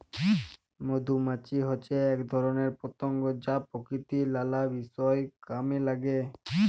মধুমাছি হচ্যে এক ধরণের পতঙ্গ যা প্রকৃতির লালা বিষয় কামে লাগে